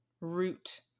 root